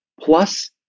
Plus